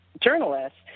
journalists